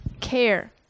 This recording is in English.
Care